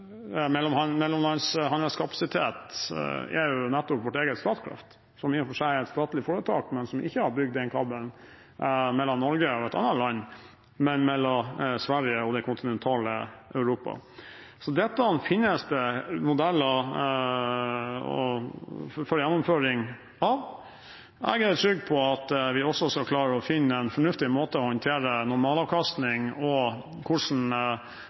nettopp vårt eget Statnett, som i og for seg er et statlig foretak, men som ikke har lagt den kabelen mellom Norge og et annet land, men mellom Sverige og det kontinentale Europa. Så det finnes modeller for gjennomføring av dette. Jeg er trygg på at vi også skal klare å finne en fornuftig måte å håndtere hvordan normalavkastning og